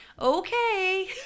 okay